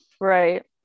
Right